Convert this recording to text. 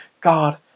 God